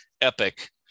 epic